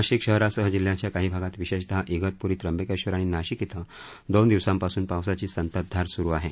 नाशिक शहरासह जिल्ह्याच्या काही भागात विशेषतः इगतप्री त्र्यंबकेश्वर आणि नाशिक येथे दोन दिवसांपासून पावसाची संततधार सुरू आहे